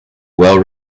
well